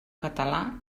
català